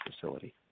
facility